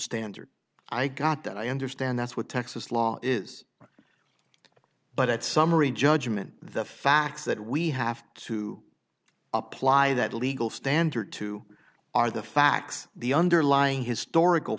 standard i got that i understand that's what texas law is but at summary judgment the facts that we have to apply that legal standard to are the facts the underlying historical